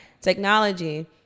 technology